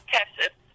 Texas